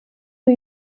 new